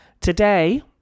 Today